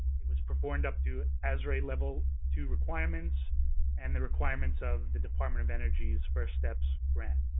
it was performed up to ashrae level two requirements and the requirements of the department of energy's first steps grant.